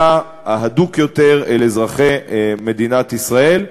ההדוק יותר אל אזרחי מדינת ישראל,